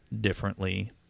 differently